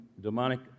demonic